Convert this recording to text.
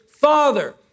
Father